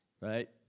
right